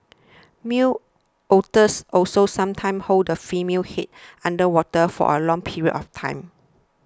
male otters also sometimes hold the female's head under water for a long period of time